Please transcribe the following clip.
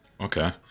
Okay